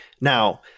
Now